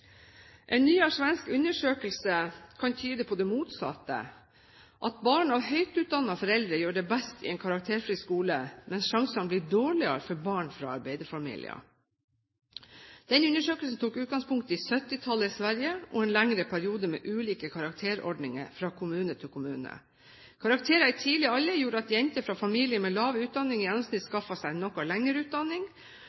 En nyere svensk undersøkelse kan tyde på det motsatte, at barn av høyt utdannede foreldre gjør det best i en karakterfri skole, mens sjansene blir dårligere for barn fra arbeiderfamilier. Denne undersøkelsen tok utgangspunkt i 1970-tallets Sverige og en lengre periode med ulike karakterordninger fra kommune til kommune. Karakterer i tidlig alder gjorde at jenter fra familier med lav utdanning